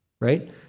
Right